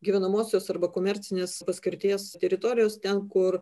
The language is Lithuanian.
gyvenamosios arba komercinės paskirties teritorijos ten kur